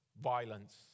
violence